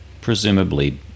presumably